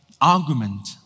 argument